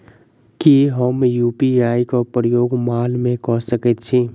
की हम यु.पी.आई केँ प्रयोग माल मै कऽ सकैत छी?